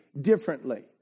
differently